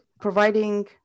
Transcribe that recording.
providing